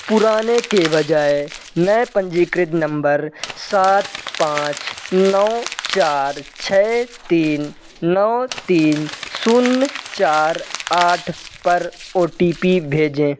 पुराने के बजाय नए पंजीकृत नंबर सात पाँच नौ चार छः तीन नौ तीन शून्य चार आठ पर ओ टी पी भेजें